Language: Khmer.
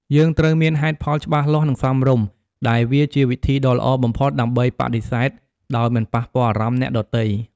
យើងត្រូវមានហេតុផលច្បាស់លាស់ និងសមរម្យ ដែលវាជាវិធីដ៏ល្អបំផុតដើម្បីបដិសេធដោយមិនប៉ះពាល់អារម្មណ៍អ្នកដទៃ។